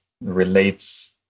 relates